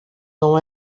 não